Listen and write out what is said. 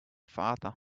father